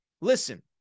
Listen